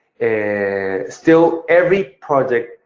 and still every project,